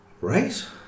right